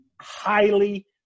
Highly